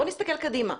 בוא נסתכל קדימה.